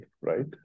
right